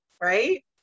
right